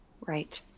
Right